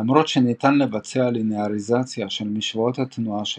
למרות שניתן לבצע ליניאריזציה של משוואות התנועה שלהם,